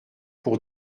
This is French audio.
pour